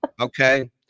Okay